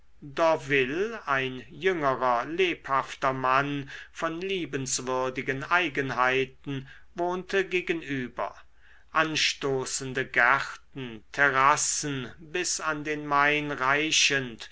d'orville ein jüngerer lebhafter mann von liebenswürdigen eigenheiten wohnte gegenüber anstoßende gärten terrassen bis an den main reichend